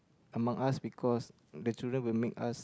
among us because the children will make us